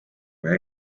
või